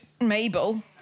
Mabel